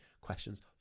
questions